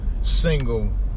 single